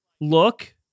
look